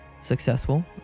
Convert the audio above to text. successful